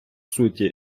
суті